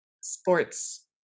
sports